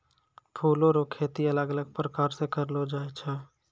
फूलो रो खेती अलग अलग प्रकार से करलो जाय छै